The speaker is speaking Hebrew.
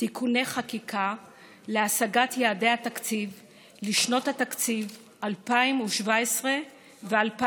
(תיקוני חקיקה להשגת יעדי התקציב לשנות התקציב 2017 ו-2018)